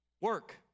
work